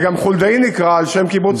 וגם חולדאי נקרא על שם קיבוץ חולדה.